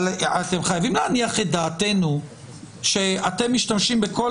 אבל אתם חייבים להניח את דעתנו שאתם משתמשים בכל